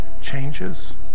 changes